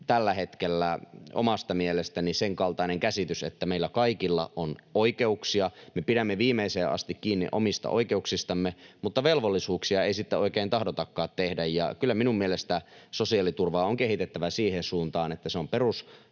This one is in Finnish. tällä hetkellä omasta mielestäni sen kaltainen käsitys, että meillä kaikilla on oikeuksia, me pidämme viimeiseen asti kiinni omista oikeuksistamme, mutta velvollisuuksia ei sitten oikein tahdotakaan tehdä. Kyllä minun mielestäni sosiaaliturvaa on kehitettävä siihen suuntaan, että se on perustulon